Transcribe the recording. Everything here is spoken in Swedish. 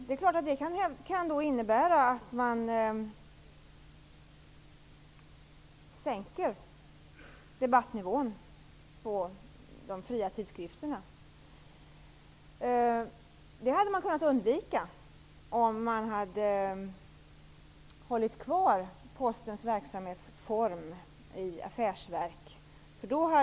Det kan innebära att de fria tidskrifternas debattnivå sänks. Detta hade man kunnat undvika om man hade hållit kvar Postens affärsverksform.